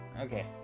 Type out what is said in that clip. Okay